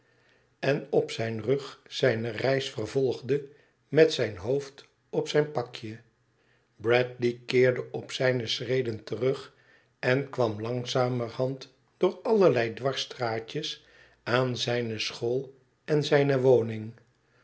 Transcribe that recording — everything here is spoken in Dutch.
en op zijn rug zijne reis vervolgde met zijn hoofd op zijn pakje bradley keerde op zijne schreden terug en kwam langzamerhand door allerlei dwarsstraatjes aan zijne school en zijne woning